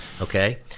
Okay